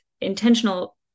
intentional